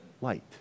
light